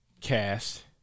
cast